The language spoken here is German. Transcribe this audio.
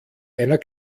einer